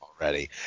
already